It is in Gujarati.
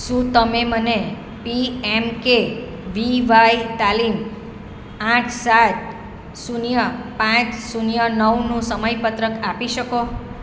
શું તમે મને P M K V Y તાલીમ આઠ સાત શૂન્ય પાંચ શૂન્ય નવનું સમયપત્રક આપી શકો